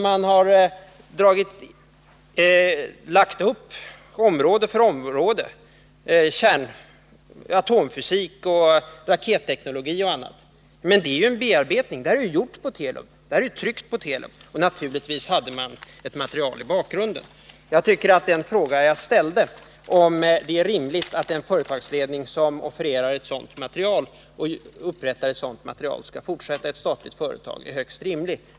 Man har tagit upp område för område — atomfysik, raketteknologi och annat. Detta är ju en bearbetning som gjorts vid Telub. Det är ju tryckt där. Naturligtvis hade man ett material i bakgrunden. Jag tycker att den fråga som jag ställde, om det är rimligt att en ledning i ett statligt företag som upprättar ett sådant material skall få fortsätta, är högst befogad.